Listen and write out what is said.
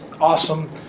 awesome